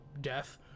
Death